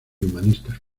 humanista